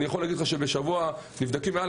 אני יכול להגיד לך שבשבוע נבדקים מעל